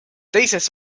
teises